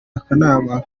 akanama